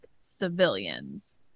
civilians